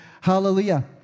Hallelujah